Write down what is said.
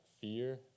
fear